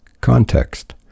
Context